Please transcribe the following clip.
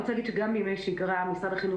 אני רוצה להגיד שגם בימי השגרה משרד החינוך